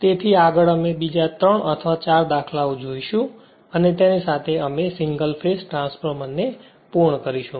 તેથી આગળ અમે બીજા 3 અથવા 4 દાખલાઓ જોઈશું અને તેની સાથે અમે સિંગલ ફેઝ ટ્રાન્સફોર્મરને પૂર્ણ કરીશું